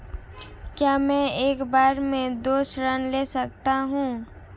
क्या मैं एक बार में दो ऋण ले सकता हूँ?